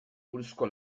buruzko